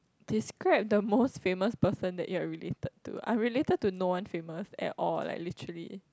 describe the most famous person that you are related to I'm related to no one famous at all like literally